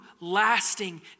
lasting